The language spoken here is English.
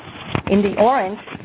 in the orange,